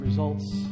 results